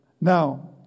Now